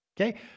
Okay